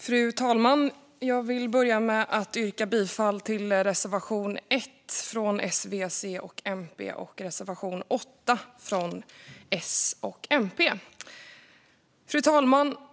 Fru talman! Jag vill börja med att yrka bifall till reservation 1 från S, V, C och MP och reservation 5 från S och MP. Fru talman!